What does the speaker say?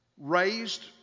raised